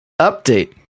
update